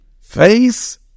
Face